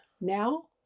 now